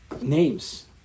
names